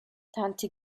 tante